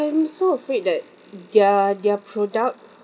so afraid that their their product